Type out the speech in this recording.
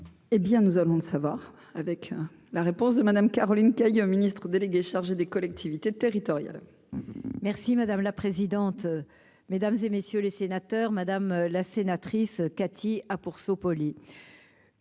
Eh bien, nous allons le savoir avec la réponse de Madame Caroline Cayeux Ministre délégué chargé des collectivités territoriales. Merci madame la présidente, mesdames et messieurs les sénateurs, madame la sénatrice Cathy ah pour Sow